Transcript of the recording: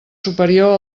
superior